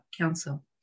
council